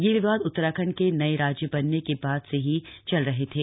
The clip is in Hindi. ये विवाद उत्तराखण्ड के नये राज्य बनने के बाद से ही चल रहे थे